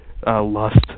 Lust